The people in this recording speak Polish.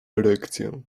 erekcję